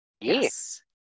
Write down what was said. Yes